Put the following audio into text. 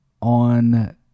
On